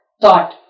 thought